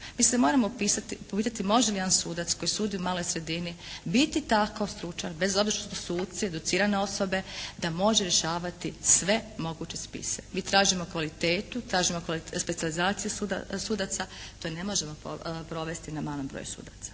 Mi se moramo upitati može li jedan sudac koji sudi u maloj sredini biti tako stručan bez obzira što su suci, educirane osobe da može rješavati sve moguće spise. Mi tražimo kvalitetu, tražimo specijalizaciju sudaca to ne možemo provesti na malom broju sudaca.